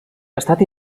estat